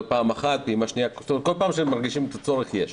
פעם אחת כל פעם שהם מרגישים את הצורך אז יש.